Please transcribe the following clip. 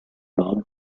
bob